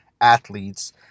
athletes